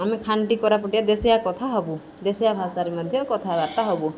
ଆମେ ଖାଣ୍ଟି କୋରାପୁଟିଆ ଦେଶିଆ କଥା ହେବୁ ଦେଶିଆ ଭାଷାରେ ମଧ୍ୟ କଥାବାର୍ତ୍ତା ହେବୁ